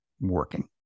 working